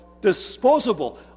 disposable